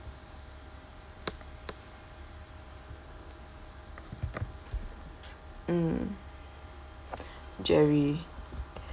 mm jerry